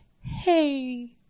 Hey